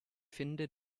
finde